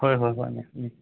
ꯍꯣꯏ ꯍꯣꯏ ꯍꯣꯏ ꯃꯦꯝ ꯎꯝ